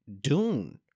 Dune